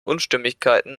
unstimmigkeiten